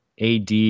AD